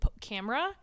camera